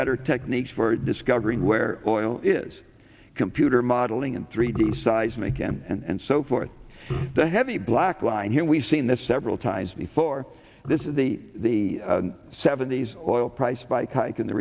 better techniques for discovering where oil is computer modeling and three d seismic and so forth the heavy black line here we've seen this several times before this is the the seventies or oil price spike hike in the